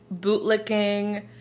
bootlicking